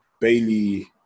Bailey